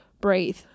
breathe